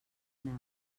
dinar